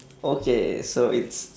okay so it's